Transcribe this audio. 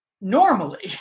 normally